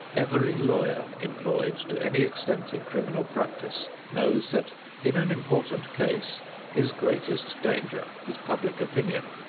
every lawyer employed to any extent in criminal practice knows that in an important case his greatest danger is public opinion.